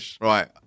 Right